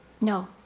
No